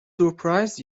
surprised